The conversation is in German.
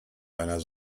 deiner